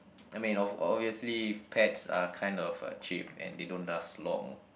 I mean obvious obviously pets are kind of uh cheap and they don't last long